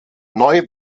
neu